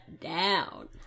down